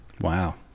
Wow